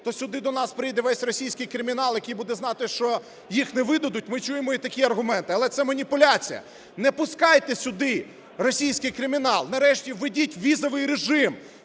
то сюди до нас прийде весь російський кримінал, який буде знати що їх не видадуть, ми чуємо і такі аргументи, але це маніпуляція. Не пускайте сюди російський кримінал, нарешті введіть візовий режим